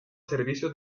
servicio